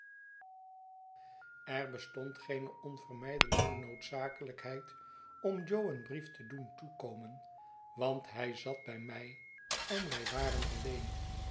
er bestond geene onvermijdelijke noodzakelijkheid om jo een brief te doen toekomen want hij zat bij mij en wij waren alleen